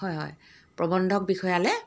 হয় হয় প্ৰবন্ধক বিষয়ালৈ